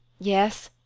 yes,